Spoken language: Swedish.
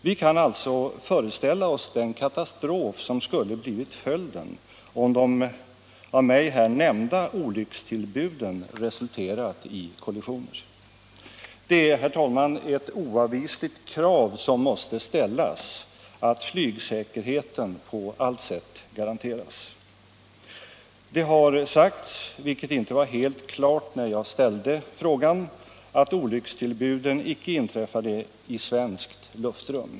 Vi kan alltså föreställa oss den katastrof som skulle ha blivit följden om de av mig här nämnda olyckstillbuden resulterat i kollisioner. Det är, herr talman, ett oavvisligt krav som måste ställas att flygsäkerheten på allt sätt garanteras. Det har sagts, vilket inte var helt klart när jag ställde frågan, att olyckstillbuden inte inträffade i svenskt luftrum.